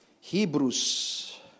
Hebrews